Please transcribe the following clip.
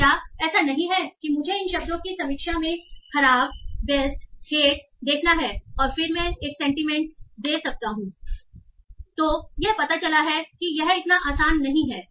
तो क्या ऐसा नहीं है कि मुझे इन शब्दों की समीक्षा में खराब बेस्ट लव हेट देखना है और फिर मैं एक तो यह पता चला है कि यह इतना आसान नहीं है